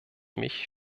mich